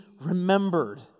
remembered